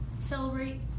Celebrate